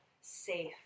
safe